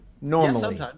normally